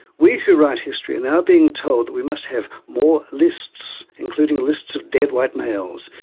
we who write history are now being told that we must have more lists, including lists of dead white males.